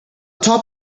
top